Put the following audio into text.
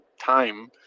time